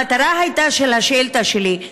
המטרה של השאילתה שלי הייתה,